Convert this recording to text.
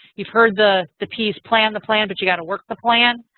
you've heard the the piece plan the plan, but you've got to work the plan.